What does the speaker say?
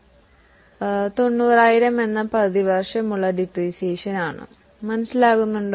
അതിനാൽ 4 ന് 90000 എന്നത് പ്രതിവർഷം ഒരു മൂല്യത്തകർച്ചയാണ്